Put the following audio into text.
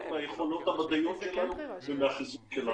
מן היכולות המדעיות שלנו ומהחיסון שלנו.